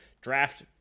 draft